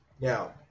Now